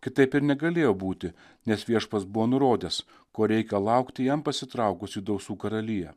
kitaip ir negalėjo būti nes viešpats buvo nurodęs ko reikia laukti jam pasitraukus į dausų karaliją